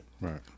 Right